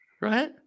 right